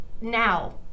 now